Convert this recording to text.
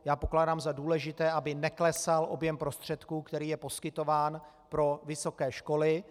Já pokládám za důležité, aby neklesal objem prostředků, který je poskytován pro vysoké školy.